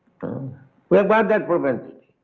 we have got that propensity.